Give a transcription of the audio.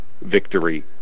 victory